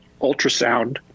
ultrasound